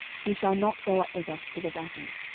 he shall not go up with us to the battle.